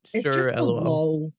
Sure